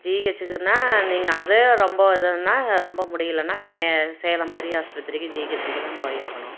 ஜிஹச்சிக்குன்னால் நீங்கள் அதே ரொம்ப இதுன்னால் ரொம்ப முடியலன்னா மெ சேலம் பெரியாஸ்பத்திரிக்கு ஜிஹச்சிக்கிதான் போயாகணும்